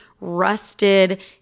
rusted